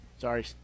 Sorry